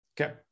Okay